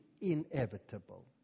inevitable